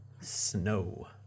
Snow